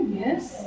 yes